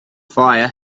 fire